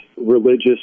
religious